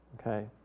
Okay